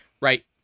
right